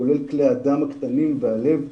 כולל כלי הדם הקטנים והלב,